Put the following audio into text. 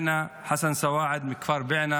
חסן סואעד מכפר בענה